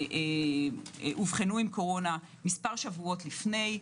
אובחנו עם קורונה מספר שבועות לפני,